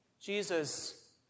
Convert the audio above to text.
Jesus